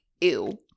ew